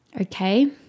Okay